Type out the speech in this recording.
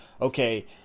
okay